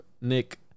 Nick